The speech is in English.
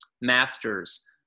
Masters